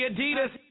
Adidas